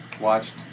watched